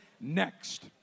next